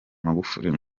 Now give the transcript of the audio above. magufuli